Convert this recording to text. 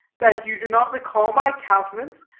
that you do not recall my countenance?